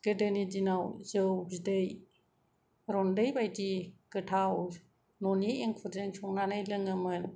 गोदोनि दिनाव जौ बिदै रन्दै बादि गोथाव न'नि एंखुरजों संनानै लोङोमोन